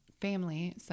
family